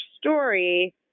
story